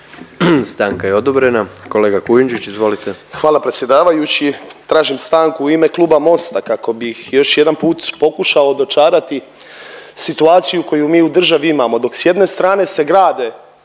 Stanka je odobrena. Kolega Kujundžić izvolite. **Kujundžić, Ante (MOST)** Hvala predsjedavajući, tražim stanku u ime Kluba Mosta kako bih još jedan put pokušao dočarati situaciju koju mi u državi imamo. Dok s jedne strane se grade